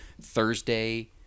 Thursday